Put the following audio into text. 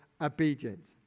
obedience